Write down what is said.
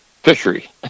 fishery